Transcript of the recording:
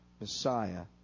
Messiah